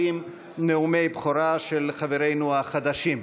ועם נאומי בכורה של חברינו החדשים.